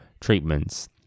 treatments